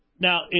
Now